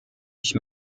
ich